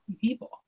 people